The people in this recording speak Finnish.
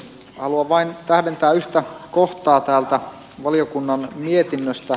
haluan vain tähdentää yhtä kohtaa täältä valiokunnan mietinnöstä